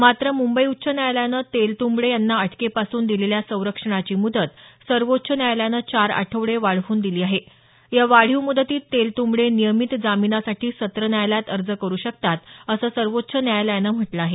मात्र मुंबई उच्च न्यायालयानं तेलतुंबडे यांना अटकेपासून दिलेल्या संरक्षणाची मुदत सर्वोच्च न्यायालयानं चार आठवडे वाढवून दिली आहे या वाढीव मुदतीत तेलतंबडे नियमित जामीनासाठी सत्र न्यायालयात अर्ज करू शकतात असं सर्वोच्व न्यायालयानं म्हटलं आहे